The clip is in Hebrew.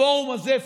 הפורום הזה,